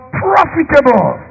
profitable